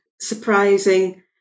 surprising